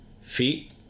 feet